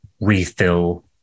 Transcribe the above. refill